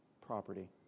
property